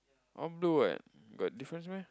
all blue what but difference meh